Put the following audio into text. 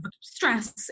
stress